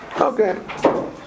Okay